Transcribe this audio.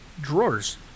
Drawers